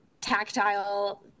Tactile